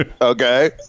Okay